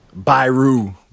byru